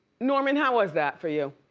norman, how was that for you?